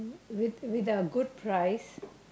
with with a good price